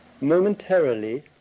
Momentarily